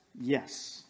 yes